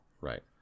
right